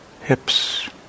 Hips